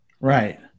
Right